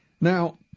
Now